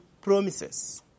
promises